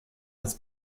das